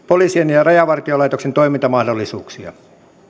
poliisien ja rajavartiolaitoksen toimintamahdollisuuksia